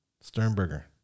Sternberger